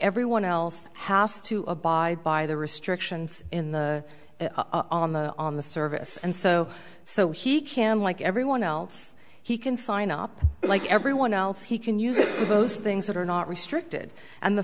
everyone else has to abide by the restrictions in the on the on the service and so so he can like everyone else he can sign up like everyone else he can use it for those things that are not restricted and the